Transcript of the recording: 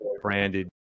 branded